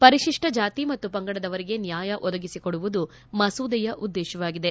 ಪರಿಶಿಷ್ಷ ಜಾತಿ ಮತ್ತು ಪಂಗಡದವರಿಗೆ ನ್ನಾಯ ಒದಗಿಸಿಕೊಡುವುದು ಮಸೂದೆಯ ಉದ್ದೇಶವಾಗಿದೆ